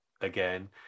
again